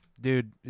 dude